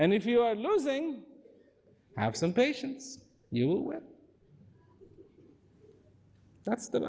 and if you're losing have some patience you that's the